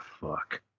fuck